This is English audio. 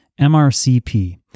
MRCP